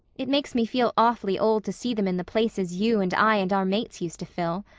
it makes me feel awfully old to see them in the places you and i and our mates used to fill.